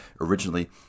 originally